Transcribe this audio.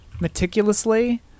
meticulously